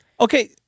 Okay